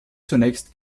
zunächst